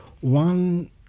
One